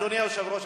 אדוני היושב-ראש,